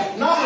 no